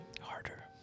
Harder